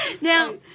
Now